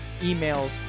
emails